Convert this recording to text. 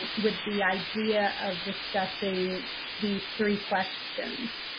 ah with the idea of discussing these three questions.